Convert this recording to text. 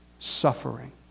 suffering